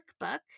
workbook